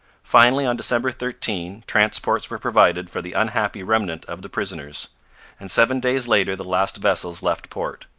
finally, on december thirteen, transports were provided for the unhappy remnant of the prisoners and seven days later the last vessels left port.